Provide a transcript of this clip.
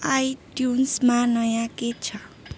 आइट्युन्समा नयाँ के छ